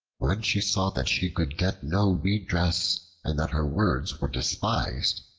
when she saw that she could get no redress and that her words were despised,